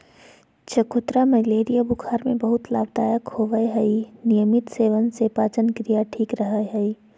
चकोतरा मलेरिया बुखार में बहुत लाभदायक होवय हई नियमित सेवन से पाचनक्रिया ठीक रहय हई